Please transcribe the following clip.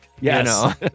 Yes